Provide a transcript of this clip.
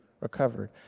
recovered